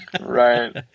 Right